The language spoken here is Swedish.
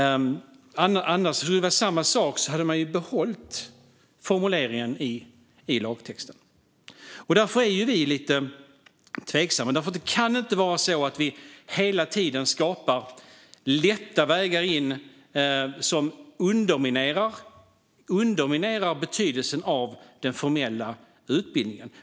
Om det skulle vara samma sak hade man ju kunnat behålla formuleringen i lagtexten. Därför är vi lite tveksamma. Vi kan inte hela tiden skapa lätta vägar in som underminerar betydelsen av den formella utbildningen.